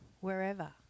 wherever